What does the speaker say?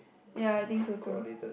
ya I think so too